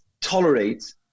tolerate